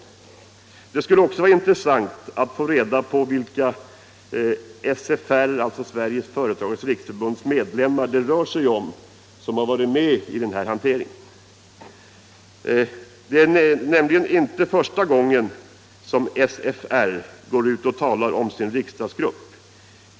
Det skulle också vara intressant att få reda på vilka av SFR:s medlemmar det rör sig om som har varit med i den här hanteringen. Det är nämligen inte första gången som SFR talar om sin riksdagsgrupp.